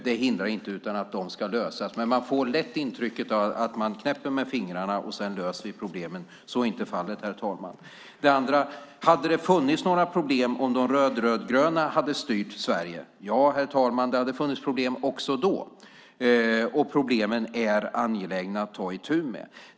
Det hindrar inte att de ska lösas, men man får lätt intrycket här i debatten att det bara är att knäppa med fingrarna och sedan löser vi problemen. Så är inte fallet, herr talman. Hade det funnits några problem om de röd-röd-gröna hade styrt Sverige? Ja, herr talman, det hade funnits problem också då, och problemen är angelägna att ta itu med.